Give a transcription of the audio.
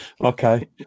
Okay